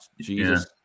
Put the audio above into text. Jesus